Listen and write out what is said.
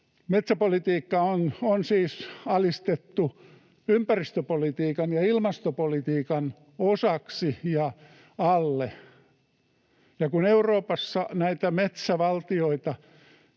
Metsäpolitiikka on siis alistettu ympäristöpolitiikan ja ilmastopolitiikan osaksi ja alle. Ja kun Euroopassa näitä metsävaltioita,